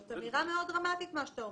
זאת אמירה מאוד דרמטית מה שאתה אומר.